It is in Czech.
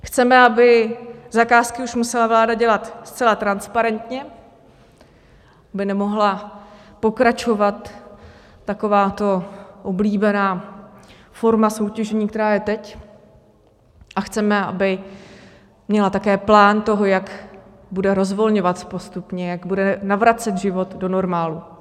Chceme, aby zakázky už musela vláda dělat zcela transparentně, aby nemohla pokračovat takováto oblíbená forma soutěžení, která je teď, a chceme, aby měla také plán toho, jak bude rozvolňovat postupně, jak bude navracet život do normálu.